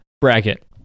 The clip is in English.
bracket